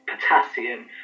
potassium